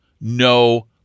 no